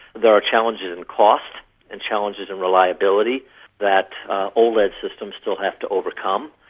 there are challenges in costs and challenges in reliability that oled system still have to overcome,